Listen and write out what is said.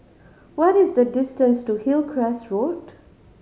what is the distance to Hillcrest Road